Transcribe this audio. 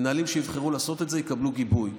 מנהלים שיבחרו לעשות את זה יקבלו גיבוי.